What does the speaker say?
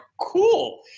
cool